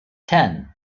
ten